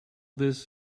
this